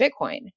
Bitcoin